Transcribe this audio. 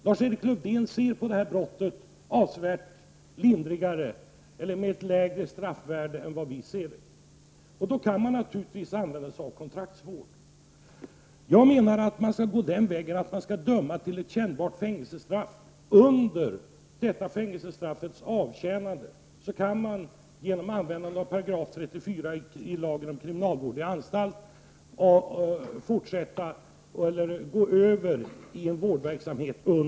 Lars-Erik Lövdén anser att detta brott har ett lägre straffvärde än vad vi gör. Då kan naturligtvis kontraktsvård användas. Jag menar att man skall gå den vägen att man dömer till ett kännbart fängelsestraff, och under detta fängelsestraffs avtjänande kan man genom användande av 34 § i lagen om kriminalvård i anstalt fortsätta eller gå över till vårdverksamhet.